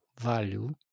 value